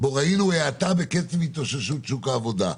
בו ראינו האטה בקצב התאוששות שוק העבודה.